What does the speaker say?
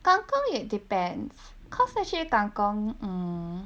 kang kong it depends cause actually kang kong